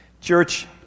Church